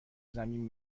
زمین